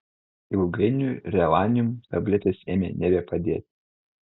ilgainiui relanium tabletės ėmė nebepadėti